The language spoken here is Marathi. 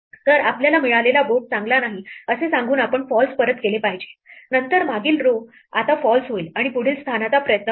तर आपल्याला मिळालेला बोर्ड चांगला नाही असे सांगून आपण false परत केले पाहिजे नंतर मागील row आता false होईल आणि पुढील स्थानाचा प्रयत्न करू